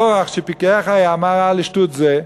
קורח, שפיקח היה, מה ראה לשטות זה?